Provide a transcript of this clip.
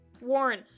Warren